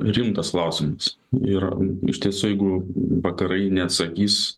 rimtas klausimas yra iš tiesų jeigu vakarai neatsakys